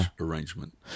arrangement